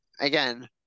again